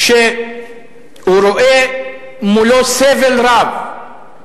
שהוא רואה מולו סבל רב,